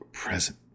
present